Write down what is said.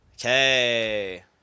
Okay